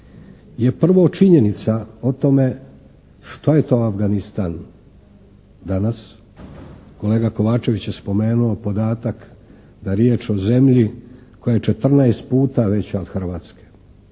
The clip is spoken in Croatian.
je prvo činjenica o tome što je to Afganistan. Danas kolega Kovačević je spomenuo podatak da je riječ o zemlji koja je 14 puta veća od Hrvatske.